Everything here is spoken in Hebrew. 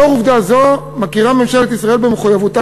לאור עובדה זו מכירה ממשלת ישראל במחויבותה